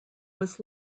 was